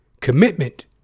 commitment